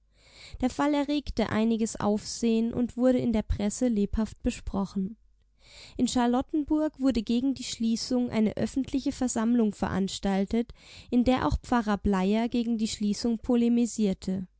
der fall erregte einiges aufsehen und wurde in der presse lebhaft besprochen in charlottenburg wurde gegen die schließung eine öffentliche versammlung veranstaltet in der auch pfarrer bleier gegen die schließung polemisierte